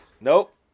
Nope